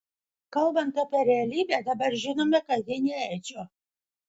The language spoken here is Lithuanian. kalbant apie realybę dabar žinome kad ji ne edžio